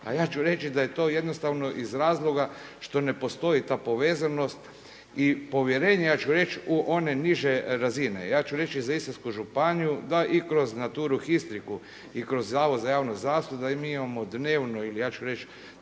a ja ću reći da je to jednostavno iz razloga što ne postoji ta povezanost i povjerenje ja ću reći u one niže razine. Ja ću reći za Istarsku županiju da i kroz Naturu Histricu i kroz Zavod za javno zdravstvo da i mi imamo dnevno ili ja ću reći